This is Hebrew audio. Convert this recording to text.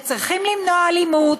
שצריכים למנוע אלימות,